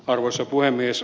arvoisa puhemies